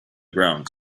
ground